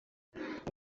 abo